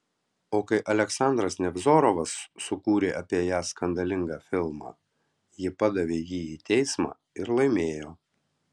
o kai aleksandras nevzorovas sukūrė apie ją skandalingą filmą ji padavė jį į teismą ir laimėjo